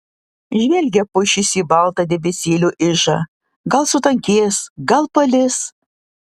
žvelgia pušys į baltą debesėlių ižą gal sutankės gal palis